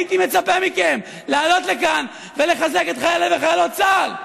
הייתי מצפה מכם לעלות לכאן ולחזק את חיילי וחיילות צה"ל,